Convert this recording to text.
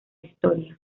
historia